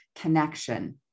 connection